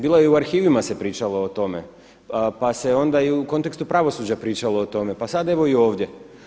Bilo je i u arhivima se pričalo o tome, pa se onda i u kontekstu pravosuđa pričalo o tome, pa sad evo i ovdje.